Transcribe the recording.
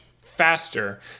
faster